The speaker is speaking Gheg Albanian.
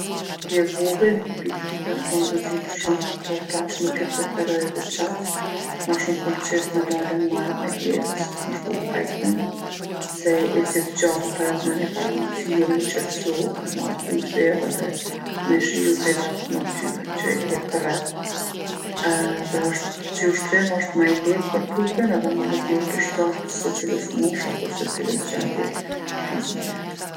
Si e vogël bicikllën e kom vozitë shumë, po tash nuk e preferoj edhe qaq. Ma shumë kom qejf me dalë n'mal me ecë, me shki hajking se ecjet t'gjata ta japin edhe nifar mundsie m'u qetsu, me marrë frymë thellë edhe me shiju krejt atë natyrë që e ke përreth. E- edhe osht, si ushtrim osht ma i lehtë për trupin edhe mundet me ju përshtat secilës moshë apo secilës gjendje fizike.